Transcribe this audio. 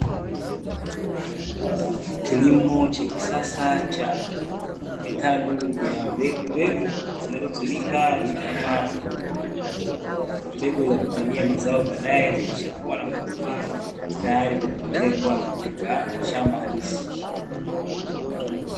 Kilimo cha kisasa cha vitalu vya mbegumbegu; zinazotumika kama mbegu za kupandia mazao baadaye zikishakua na kukomaa, tayari kwa kupelekwa katika shamba halisi.